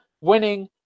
Winning